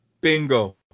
Bingo